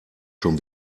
schon